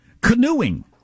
Canoeing